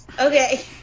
Okay